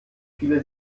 viele